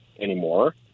anymore